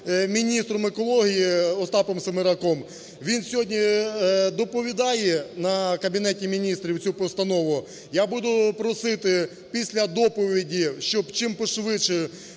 міністром екології Остапом Семераком, він сьогодні доповідає на Кабінеті Міністрів цю постанову. Я буду просити після доповіді, щоб пошвидше